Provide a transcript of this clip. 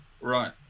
right